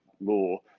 law